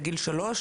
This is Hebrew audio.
לגיל שלוש,